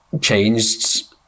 changed